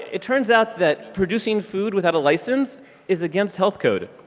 it turns out that producing food without a license is against health code.